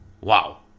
wow